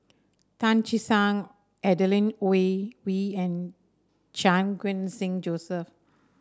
Tan Che Sang Adeline Ooi and Chan Khun Sing Joseph